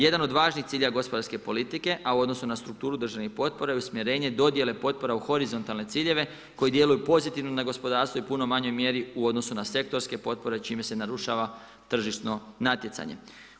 Jedan od važnih ciljeva gospodarske politike, a u odnosu na strukturu državnih potpora je usmjerenje dodjele potpora u horizontalne ciljeve koji djeluju pozitivno na gospodarstvo u puno manjoj mjeri u odnosu na sektorske potpore čime se narušava tržišno natjecanje.